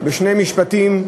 בשני משפטים,